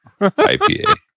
IPA